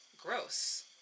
gross